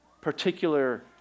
particular